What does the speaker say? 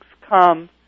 come